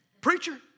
Preacher